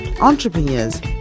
entrepreneurs